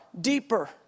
deeper